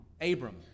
Abram